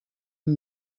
amb